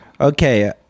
Okay